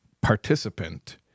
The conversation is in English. participant